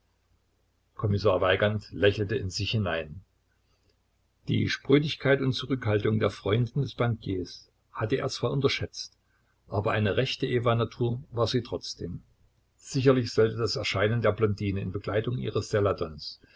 kommissar weigand lächelte in sich hinein die sprödigkeit und zurückhaltung der freundin des bankiers hatte er zwar unterschätzt aber eine rechte evanatur war sie trotzdem sicherlich sollte das erscheinen der blondine in begleitung ihres